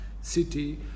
city